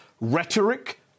Rhetoric